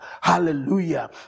Hallelujah